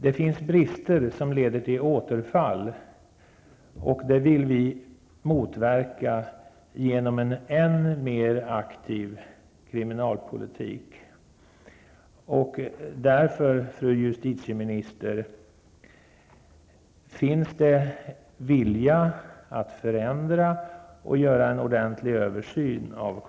Det finns brister som leder till återfall, och det vill vi motverka genom en än mer aktiv kriminalpolitik.